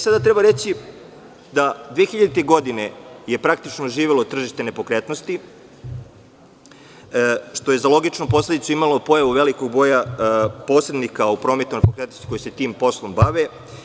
Sada treba reći da je 2000. godine praktično živelo tržište nepokretnosti, što je za logičnu posledicu imalo pojavu velikog broja posrednika u prometu nepokretnosti koji se tim poslom bave.